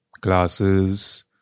classes